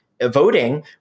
voting